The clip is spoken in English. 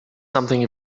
something